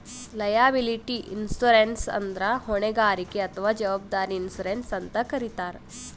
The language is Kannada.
ಲಯಾಬಿಲಿಟಿ ಇನ್ಶೂರೆನ್ಸ್ ಅಂದ್ರ ಹೊಣೆಗಾರಿಕೆ ಅಥವಾ ಜವಾಬ್ದಾರಿ ಇನ್ಶೂರೆನ್ಸ್ ಅಂತ್ ಕರಿತಾರ್